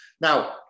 Now